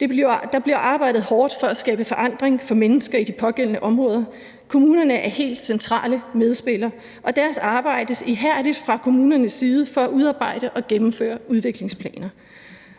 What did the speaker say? Der bliver arbejdet hårdt for at skabe forandring for mennesker i de pågældende områder. Kommunerne er helt centrale medspillere, og der arbejdes ihærdigt fra kommunernes side for at udarbejde og gennemføre udviklingsplaner.